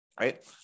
right